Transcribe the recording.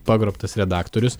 pagrobtas redaktorius